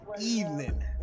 evening